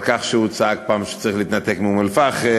על כך שהוא צעק פעם שצריך להתנתק מאום-אלפחם,